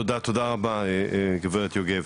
תודה, תודה רבה, גברת יוגב.